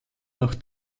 noch